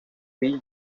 fill